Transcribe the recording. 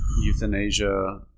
euthanasia